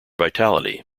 vitality